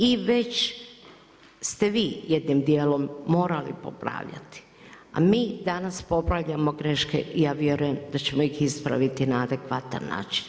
I već ste vi jednim dijelom morali popravljati, a mi danas popravljamo greške i ja vjerujem da ćemo ih ispraviti na adekvatan način.